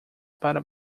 para